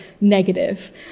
negative